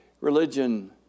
religion